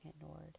ignored